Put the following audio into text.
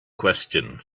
question